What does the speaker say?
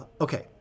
Okay